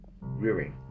rearing